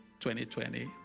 2020